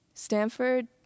Stanford